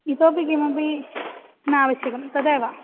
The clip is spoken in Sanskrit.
इतोपि किमपि न आवश्यकं तदेव